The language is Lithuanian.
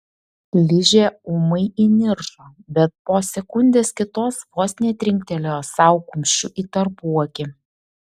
ližė ūmai įniršo bet po sekundės kitos vos netrinktelėjo sau kumščiu į tarpuakį